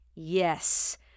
Yes